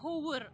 کھووُر